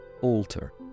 alter